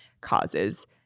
causes